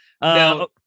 Now